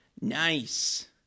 nice